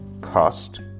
Cost